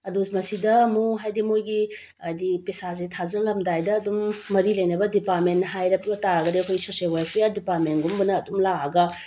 ꯑꯗꯣ ꯃꯁꯤꯗ ꯑꯃꯨꯛ ꯍꯥꯏꯗꯤ ꯃꯣꯏꯒꯤ ꯍꯥꯏꯗꯤ ꯄꯩꯁꯥꯁꯦ ꯊꯥꯖꯤꯜꯂꯝꯗꯥꯏꯗ ꯑꯗꯨꯝ ꯃꯔꯤ ꯂꯩꯅꯕ ꯗꯤꯄꯥꯔꯃꯦꯟ ꯍꯥꯏꯔꯛꯄ ꯇꯥꯔꯒꯗꯤ ꯑꯩꯈꯣꯏ ꯁꯣꯁꯦꯜ ꯋꯦꯜꯐꯤꯌꯔ ꯗꯤꯄꯥꯔꯃꯦꯟꯒꯨꯝꯕꯅ ꯑꯗꯨꯝ ꯂꯥꯑꯒ